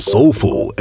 Soulful